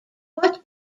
what